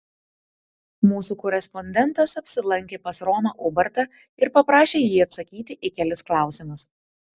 mūsų korespondentas apsilankė pas romą ubartą ir paprašė jį atsakyti į kelis klausimus